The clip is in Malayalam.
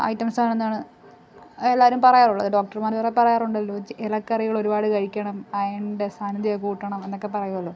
ഐറ്റംസ് ആണെന്നാണ് എല്ലാവരും പറയാറുള്ളത് ഡോക്ടർമാർ വരെ പറയാറുണ്ടല്ലോ ഇലക്കറികൾ ഒരുപാട് കഴിക്കണം അയണിൻ്റെ സാന്നിധ്യം കൂട്ടണം എന്നൊക്കെ പറയുമല്ലോ